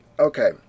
Okay